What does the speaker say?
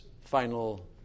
final